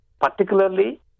particularly